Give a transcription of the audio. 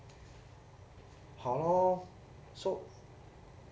ha lor so